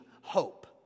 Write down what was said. hope